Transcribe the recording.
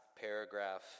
paragraph